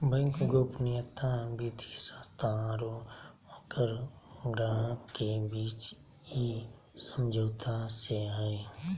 bank गोपनीयता वित्तीय संस्था आरो ओकर ग्राहक के बीच इ समझौता से हइ